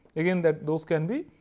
again, that those can be,